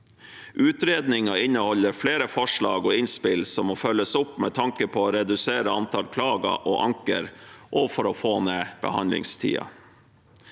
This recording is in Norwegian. Utredningen inneholder flere forslag og innspill som må følges opp med tanke på å redusere antall klager og anker og for å få ned behandlingstiden.